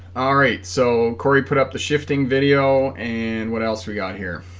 alright so cory put up the shifting video and what else we got here